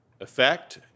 effect